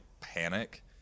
panic